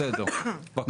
בסדר, בבקשה.